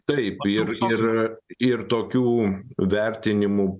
taip ir ir ir tokių vertinimų